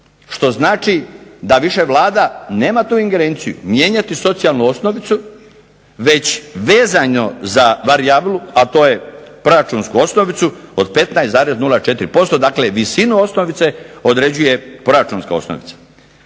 Što znači da više Vlada nema tu ingerenciju mijenjati socijalnu osnovicu već vezano za varijablu, a to je proračunsku osnovicu od 15,04%. Dakle, visinu osnovice određuje proračunska osnovica.